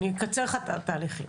מירב בן ארי,